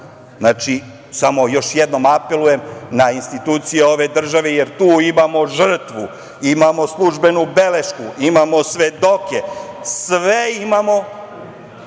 Znači, samo još jednom apelujem na institucije ove države, jer tu imamo žrtvu, imamo službenu belešku, imamo svedoke, sve imamo,